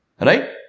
Right